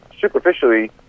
superficially